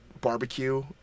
barbecue